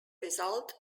result